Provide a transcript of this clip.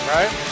Right